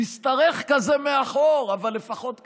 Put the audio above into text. משתרך כזה מאחור, אבל לפחות קיים.